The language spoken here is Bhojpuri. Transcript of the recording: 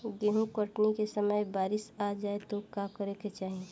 गेहुँ कटनी के समय बारीस आ जाए तो का करे के चाही?